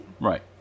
Right